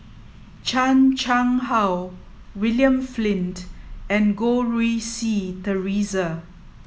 Chan Chang How William Flint and Goh Rui Si Theresa